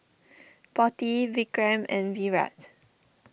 Potti Vikram and Virat